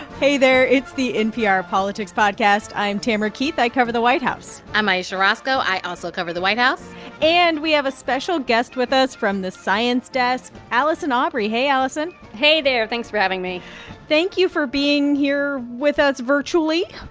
hey there. it's the npr politics podcast i'm tamara keith. i cover the white house i'm ayesha rascoe. i also cover the white house and we have a special guest with us from the science desk allison aubrey hey, allison hey there. thanks for having me thank you for being here with us virtually.